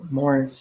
more